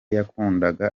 yakundaga